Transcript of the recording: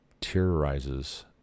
terrorizes